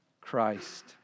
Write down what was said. Christ